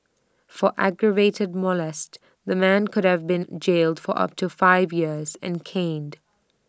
for aggravated molest the man could have been jailed for up to five years and caned